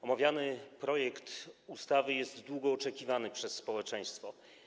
Omawiany projekt ustawy jest długo oczekiwany przez społeczeństwo.